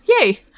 Yay